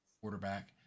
quarterback